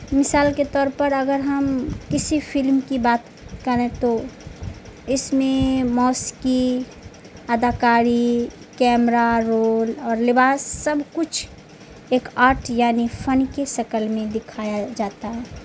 مثال کے طور پر اگر ہم کسی فلم کی بات کریں تو اس میں موسیقی اداکاری کیمرا رول اور لباس سب کچھ ایک آرٹ یعنی فن کے شکل میں دکھایا جاتا ہے